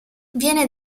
viene